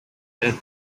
hotel